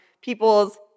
people's